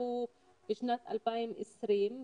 שנפתחו בשנת 2020,